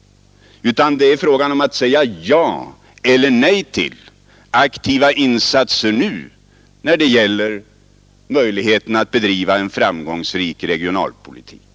Vad det nu gäller är att säga ja till aktiva insatser i syfte att bedriva en framgångsrik regionalpolitik.